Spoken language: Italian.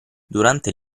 durante